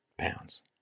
pounds